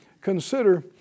consider